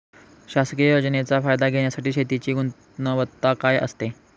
शासकीय योजनेचा फायदा घेण्यासाठी शेतीची गुणवत्ता काय असते?